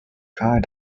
kind